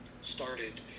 started